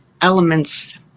elements